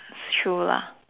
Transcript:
true lah